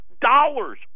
dollars